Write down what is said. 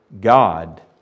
God